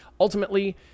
ultimately